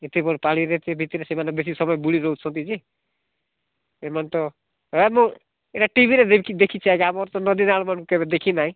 ଏତେ ବଡ଼ ପାଣିରେ ସେ ଭିତରେ ସେମାନେ ବେଶୀ ସମୟ ବୁଡ଼ି ରହୁଛନ୍ତି ଯେ ଏମାନେ ତ ଏ ମୁଁ ଏଟା ଟିଭିରେ ଦେଖିଛି ଆଜ୍ଞା ଆମର ତ ନଦୀରେ ଆମର କେବେ ଦେଖି ନାହିଁ